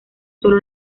sólo